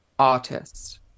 artist